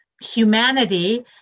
humanity